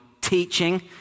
teaching